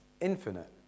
infinite